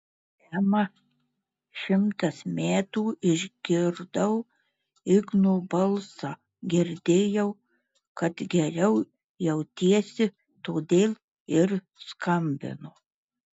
ema šimtas metų išgirdau igno balsą girdėjau kad geriau jautiesi todėl ir skambinu